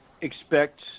expect